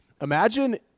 Imagine